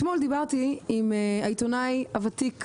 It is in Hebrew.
אתמול דיברתי עם העיתונאי הוותיק והמוערך,